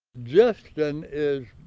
justin is,